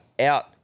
out